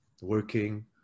working